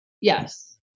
Yes